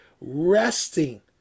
resting